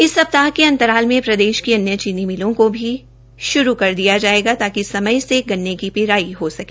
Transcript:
एक सप्ताह के अंतराल में प्रदेश की अन्य चीनी मिल को भी शुरू कर दिया जाएगा ताकि समय पर गन्ने की पिराई हो सके